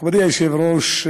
מכובדי היושב-ראש,